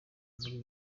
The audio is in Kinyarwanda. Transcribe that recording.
muri